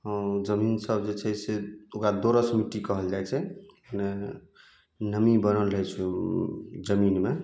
जमीनसब जे छै से एतौका दोरस मिट्टी कहल जाइ छै नमी बनल रहै छै ओहि जमीनमे